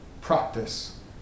practice